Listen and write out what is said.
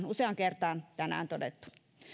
useaan kertaan tänään todettu